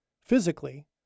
physically